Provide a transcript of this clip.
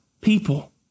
people